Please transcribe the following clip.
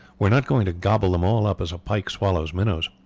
we are not going to gobble them all up as a pike swallows minnows.